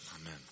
Amen